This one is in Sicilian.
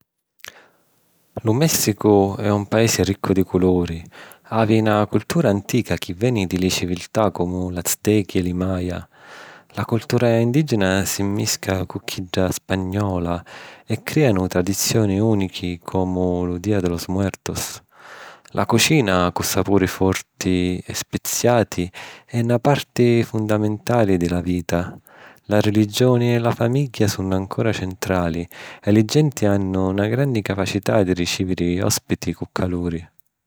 Lu Mèssicu è un paisi riccu di culuri, Havi na cultura antica chi veni di li civiltà comu l’aztechi e li maja. La cultura indìgena si mmisca cu chidda spagnola e crìanu tradizioni ùnichi comu lu Día de los Muertos. La cucina, cu sapuri forti e speziati, è na parti fondamentali di la vita. La religioni e la famiggha sunnu ancora centrali, e li genti hannu na granni capacità di ricìviri òspiti cu caluri.